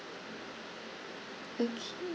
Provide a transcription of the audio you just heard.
okay